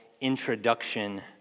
introduction